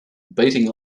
beating